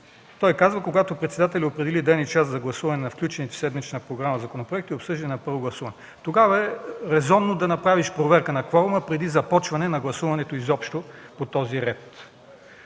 Той казва: „Когато председателят определи ден и час за гласуване на включените в седмичната програма законопроекти, обсъждани на първо гласуване” – тогава е резонно да направиш проверка на кворума преди започване на гласуването изобщо по този ред.